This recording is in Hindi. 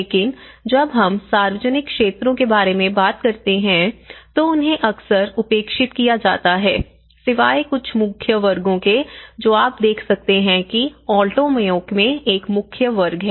लेकिन जब हम सार्वजनिक क्षेत्रों के बारे में बात करते हैं तो उन्हें अक्सर उपेक्षित किया जाता है सिवाय कुछ मुख्य वर्गों के जो आप देख सकते हैं कि ऑल्टो मेयो में एक मुख्य वर्ग है